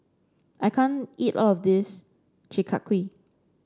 I can't eat all of this Chi Kak Kuih